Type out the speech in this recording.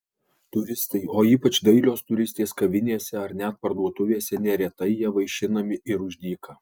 turistai o ypač dailios turistės kavinėse ar net parduotuvėse neretai ja vaišinami ir už dyką